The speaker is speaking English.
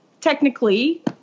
technically